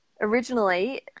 Originally